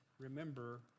remember